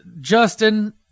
Justin